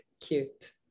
cute